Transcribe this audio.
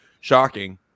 Shocking